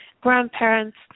grandparents